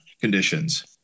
conditions